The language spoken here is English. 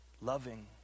loving